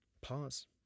pause